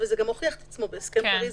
וזה גם הוכיח את עצמו בהסכם פריז,